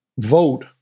vote